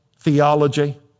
theology